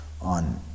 on